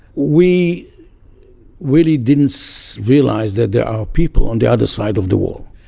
we really didn't so realize that there are people on the other side of the wall.